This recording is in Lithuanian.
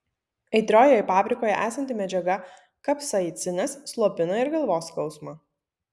aitriojoje paprikoje esanti medžiaga kapsaicinas slopina ir galvos skausmą